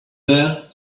there